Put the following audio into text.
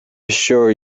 assure